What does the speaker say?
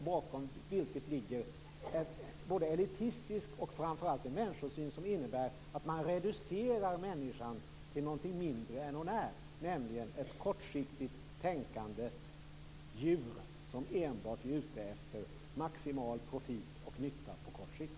Bakom detta ligger en människosyn som är elitistisk och som framför allt reducerar människan till något mindre än vad hon är; nämligen till ett kortsiktigt tänkande djur som enbart är ute efter maximal profit och nytta på kort sikt.